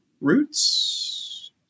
roots